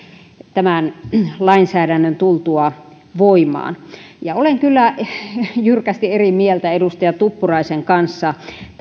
tämän lainsäädännön tultua voimaan olen kyllä jyrkästi eri mieltä edustaja tuppuraisen kanssa